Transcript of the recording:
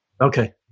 Okay